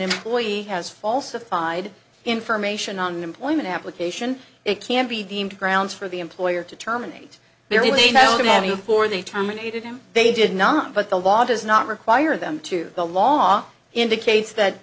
employee has falsified information on an employment application it can be deemed grounds for the employer to terminate their relating to having poor they terminated him they did not but the law does not require them to the law indicates that